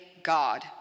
God